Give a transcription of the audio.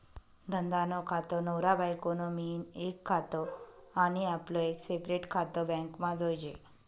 धंदा नं खातं, नवरा बायको नं मियीन एक खातं आनी आपलं एक सेपरेट खातं बॅकमा जोयजे